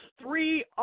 three